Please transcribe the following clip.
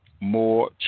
more